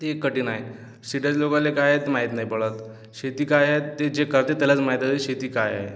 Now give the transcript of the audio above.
ते कठीण आहे सिटी लोकाइले काय माहीत नाही पडत शेती काय आहे ते जे करतात त्यालाच माहित आहे शेती काय आहे